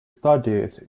studies